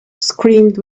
screamed